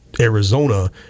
arizona